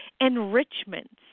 enrichments